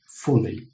fully